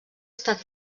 estat